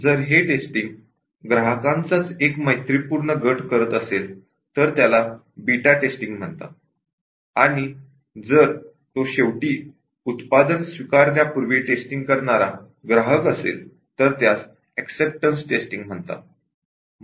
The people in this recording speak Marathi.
जर हे टेस्टिंग ग्राहकांचाच एक मैत्रीपूर्ण गट करत असेल तर त्याला बीटा टेस्टिंग म्हणतात आणि जर तो शेवटी उत्पादन स्वीकारण्यापूर्वी टेस्टिंग करणारा ग्राहक असेल तर त्यास एक्सेप्टन्स टेस्टिंग म्हणतात